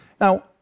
Now